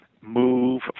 move